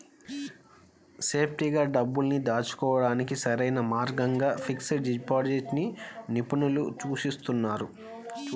సేఫ్టీగా డబ్బుల్ని దాచుకోడానికి సరైన మార్గంగా ఫిక్స్డ్ డిపాజిట్ ని నిపుణులు సూచిస్తున్నారు